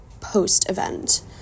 post-event